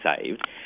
saved